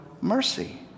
mercy